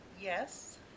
Yes